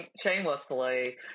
shamelessly